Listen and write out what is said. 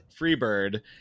Freebird